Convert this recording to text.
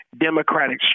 democratic